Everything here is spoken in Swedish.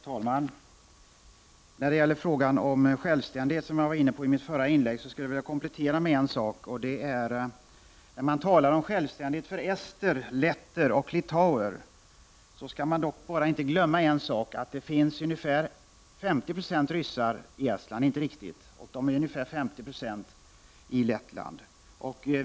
Herr talman! När det gäller frågan om självständighet, som jag var inne på i mitt förra inlägg, skulle jag vilja komplettera med en sak. När man talar om självständighet för ester, letter och litauer, skall man inte glömma en sak: det finns knappt 50 Ze ryssar i Estland och ungefär 50 20 i Lettland.